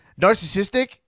narcissistic